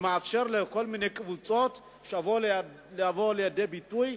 שמאפשרת לכל מיני קבוצות לבוא לידי ביטוי.